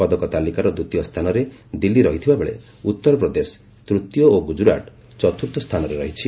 ପଦକ ତାଲିକାର ଦ୍ୱିତୀୟ ସ୍ଥାନରେ ଦିଲ୍ଲୀ ରହିଥିବା ବେଳେ ଉତ୍ତରପ୍ରଦେଶ ତ୍ତୀୟ ଓ ଗୁଜରାଟ ଚତ୍ରର୍ଥସ୍ଥାନରେ ରହିଛି